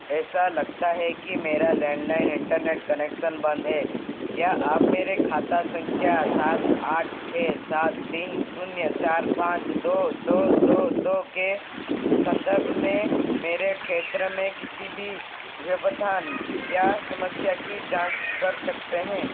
ऐसा लगता है कि मेरा लैंडलाइन इंटरनेट कनेक्सन बंद है क्या आप मेरे खाता संख्या सात आठ छः सात तीन शून्य चार पाँच दो दो दो दो के संदर्भ में मेरे क्षेत्र में किसी भी व्यवधान या समस्या की जाँच कर सकते हैं